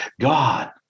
God